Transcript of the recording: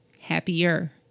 happier